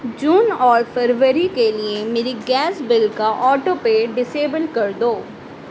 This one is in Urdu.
جون اور فروری کے لیے میری گیس بل کا آٹو پے ڈس ایبل کر دو